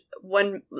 one